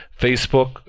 facebook